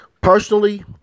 Personally